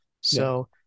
So-